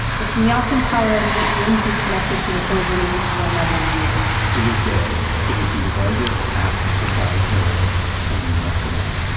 the sannyasin power elite wouldn't be connected to the poisonings for another year to this day, it is the largest act of bioterrorism on us soil.